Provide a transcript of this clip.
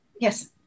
Yes